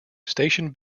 station